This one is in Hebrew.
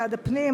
משרד הפנים,